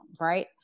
right